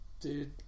dude